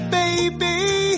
baby